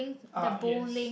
ah yes